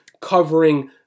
covering